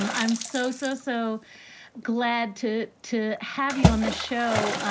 i'm i'm so, so, so glad to to have you on the show.